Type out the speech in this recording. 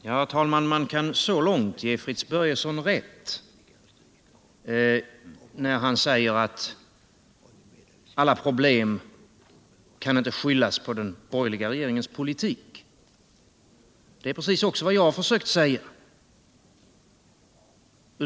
Herr talman! Man kan ge Fritz Börjesson räv när han säger att alla problem inte kan skyllas på den borgerliga regeringens politik. Det är precis vad jag också försökt säga.